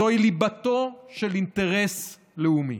זוהי ליבתו של אינטרס לאומי.